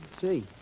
see